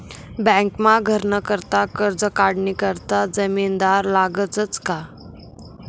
बँकमा घरनं करता करजं काढानी करता जामिनदार लागसच का